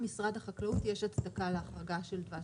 העמדה המקצועית של משרד החקלאות היא שיש הצדקה להחרגה של דבש.